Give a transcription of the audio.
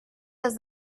was